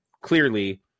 clearly